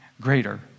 greater